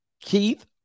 Keith